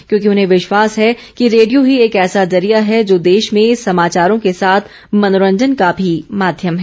क्योंकि उन्हें विश्वास है कि रेडियो ही एक ऐसा जरिया है जो देश में समाचारों के साथ मनोरंजन का भी माध्यम है